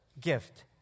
gift